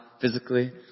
physically